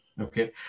Okay